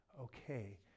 okay